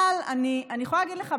אבל אני יכולה להגיד לך,